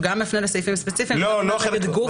הוא גם מפנה לסעיפים ספציפיים הוא גם כולל גוף,